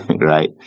right